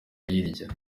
hirya